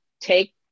take